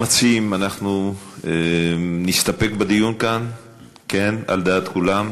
המציעים, אנחנו נסתפק בדיון כאן על דעת כולם?